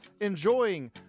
enjoying